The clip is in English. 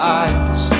eyes